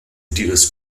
dues